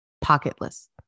pocketless